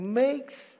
makes